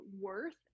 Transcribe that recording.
worth